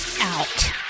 out